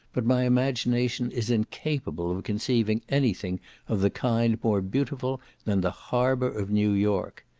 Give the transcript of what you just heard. but my imagination is incapable of conceiving any thing of the kind more beautiful than the harbour of new york.